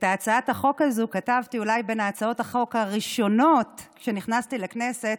את הצעת החוק הזו כתבתי אולי בין הצעות החוק הראשונות כשנכנסתי לכנסת,